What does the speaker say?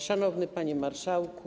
Szanowny Panie Marszałku!